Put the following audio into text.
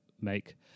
make